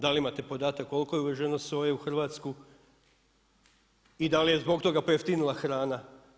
Da li imate podatak koliko je uveženo soje u Hrvatsku? i da li je zbog toga pojeftinila hrana.